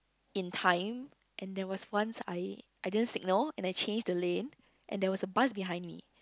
in time and there was once I I didn't signal and I changed the lane and there was a bus behind me